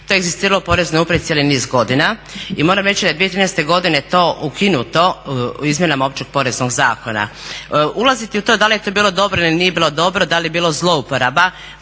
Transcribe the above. To je inzistiralo poreznoj upravi cijeli niz godina i moram reći da je 2013.godine to ukinuto u izmjenama Općeg poreznog zakona. Ulaziti u to da li je to bilo dobro ili nije bilo dobro, da li je bilo zlouporaba,